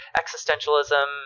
existentialism